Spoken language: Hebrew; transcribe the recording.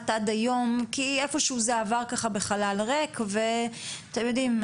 עד היום כי איפה שהוא זה עבר בחלל ריק ואתם יודעים,